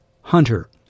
Hunter